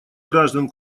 граждан